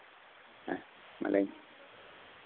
ᱦᱮᱸ ᱢᱮᱱ ᱤᱫᱟᱹᱧ